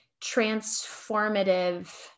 transformative